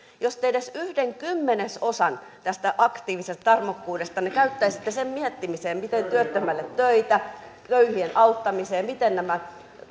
jos te edes yhden kymmenesosan tästä aktiivisesta tarmokkuudestanne käyttäisitte sen miettimiseen miten työttömälle töitä köyhien auttamiseen miten nämä